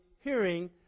hearing